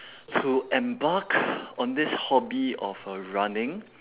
to embark on this hobby of uh running